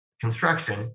construction